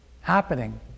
happening